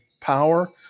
power